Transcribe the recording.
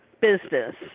business